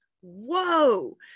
Whoa